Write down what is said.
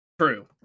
True